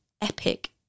epic